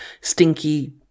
stinky